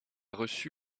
reçu